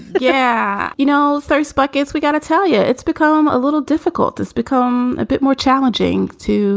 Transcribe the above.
yeah. you know, thirst buckets. we got to tell you, it's become a little difficult. it's become a bit more challenging to